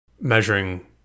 measuring